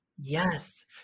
yes